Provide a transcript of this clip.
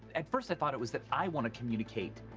at first, i thought it was that i want to communicate,